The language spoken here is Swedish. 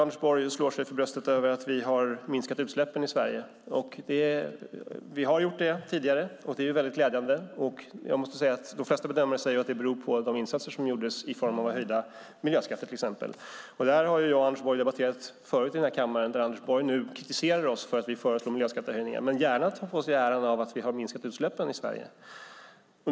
Anders Borg slår sig också för bröstet över att vi har minskat utsläppen i Sverige. Det har vi gjort tidigare, och det är väldigt glädjande, men de flesta bedömare säger att det beror på de insatser som gjordes i form av till exempel höjda miljöskatter. Det här har jag och Anders Borg debatterat här i kammaren förut. Han kritiserar oss nu för att vi föreslår miljöskattehöjningar, men han tar gärna åt sig äran av att vi har minskat utsläppen i Sverige.